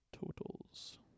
totals